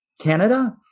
Canada